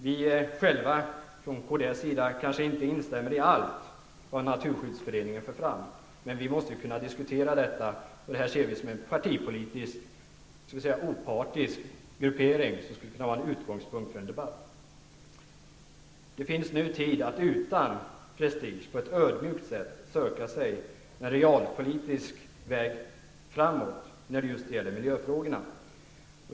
Vi i kds kanske inte instämmer i allt det som Naturskyddsföreningen för fram. Men detta måste ju kunna diskuteras, och vi ser det här som en partipolitiskt så att säga opartisk gruppering som skulle kunna tjäna som utgångspunkt för en debatt. Nu finns det tid att utan prestige och på ett ödmjukt sätt söka sig på realpolitisk väg framåt just när det gäller miljöfrågorna.